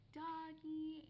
doggy